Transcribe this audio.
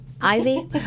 Ivy